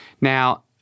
Now